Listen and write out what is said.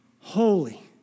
holy